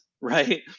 right